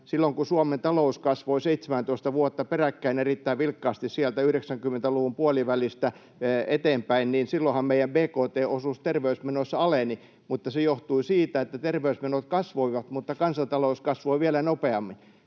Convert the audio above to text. Silloinhan kun Suomen talous kasvoi 17 vuotta peräkkäin erittäin vilkkaasti sieltä 90-luvun puolivälistä eteenpäin, meidän bkt-osuus terveysmenoissa aleni, mutta se johtui siitä, että terveysmenot kasvoivat mutta kansantalous kasvoi vielä nopeammin.